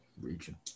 region